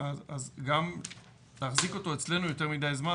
גם להחזיק אותו אצלנו יותר מדי זמן,